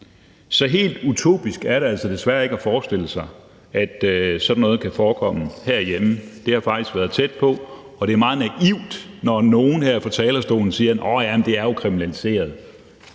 Så helt utopisk er det altså desværre ikke at forestille sig, at sådan noget kan forekomme herhjemme. Det har faktisk været tæt på, og det er meget naivt, når nogen her fra talerstolen siger: Nåh ja, men det er jo kriminaliseret,